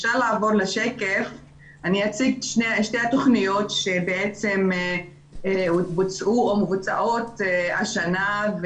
אציג את שתי התוכניות שבעצם בוצעו או מבוצעות השנה.